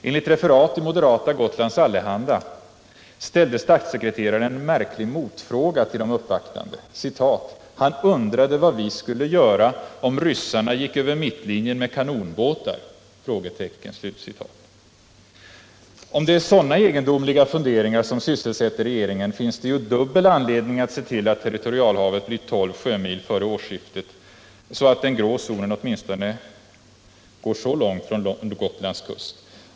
Enligt referat i moderata Gotlands Allehanda ställde statssekreteraren en märklig motfråga till de uppvaktande: ”Han undrade vad vi skulle göra om ryssarna gick över mittlinjen med kanonbåtar?” Om det är sådana egendomliga funderingar som sysselsätter regeringen finns det ju dubbel anledning att se till att territorialhavet blir tolv sjömil före årsskiftet, så att den grå zonen går åtminstone så långt från Gotlands kust.